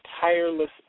tireless